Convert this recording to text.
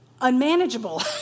unmanageable